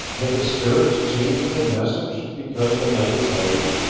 have the spirits changed their message, because the night is heavy?